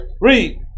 Read